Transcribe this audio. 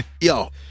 yo